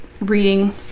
reading